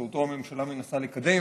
שאותו הממשלה מנסה לקדם.